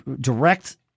direct